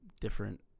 different